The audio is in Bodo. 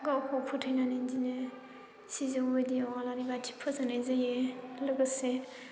गावखौ फोथायनानै बिदिनो सिजौ गुदियाव आलारि बाथि फोजोंनाय जायो लोगोसे